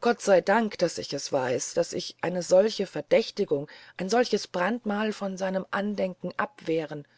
gott sei dank daß ich das weiß daß ich eine solche verdächtigung ein solches brandmal von seinem andenken abwehren